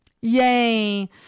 Yay